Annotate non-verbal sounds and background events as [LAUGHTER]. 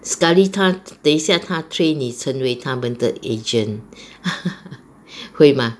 sekali 他等一下他 train 你成为他们的 agent [LAUGHS] 会吗